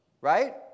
Right